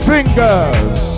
Fingers